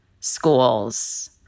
schools